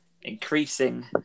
increasing